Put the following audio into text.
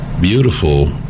beautiful